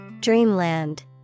Dreamland